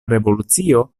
revolucio